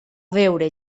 veure